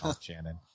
Shannon